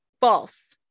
False